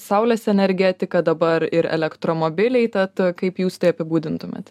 saulės energetika dabar ir elektromobiliai tad kaip jūs tai apibūdintumėt